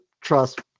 trust